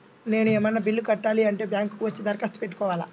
నేను ఏమన్నా బిల్లును కట్టాలి అంటే బ్యాంకు కు వచ్చి దరఖాస్తు పెట్టుకోవాలా?